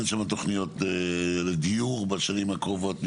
אין מסביב למקום תוכניות לדיור בשנים הקרובות?